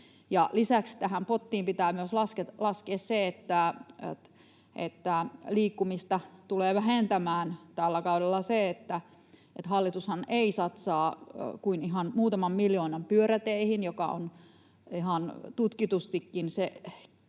Lisäksi tähän pottiin pitää laskea se, että liikkumista tulee vähentämään tällä kaudella se, että hallitushan ei satsaa kuin ihan muutaman miljoonan pyöräteihin, jotka ovat ihan tutkitustikin se